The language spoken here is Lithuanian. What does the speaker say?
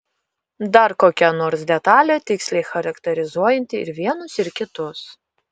dar kokia nors detalė tiksliai charakterizuojanti ir vienus ir kitus